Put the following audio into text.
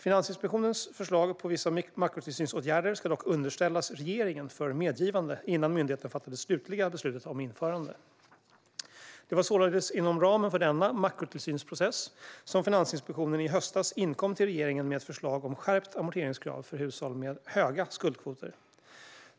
Finansinspektionens förslag på vissa makrotillsynsåtgärder ska dock underställas regeringen för medgivande innan myndigheten fattar det slutliga beslutet om införande. Det var således inom ramen för denna makrotillsynsprocess som Finansinspektionen i höstas inkom till regeringen med ett förslag om skärpt amorteringskrav för hushåll med höga skuldkvoter.